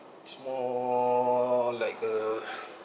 it's more like a